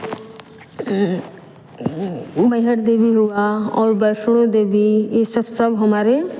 महिहर देवी हुआ और वैष्णो देवी यह सब सब हमारे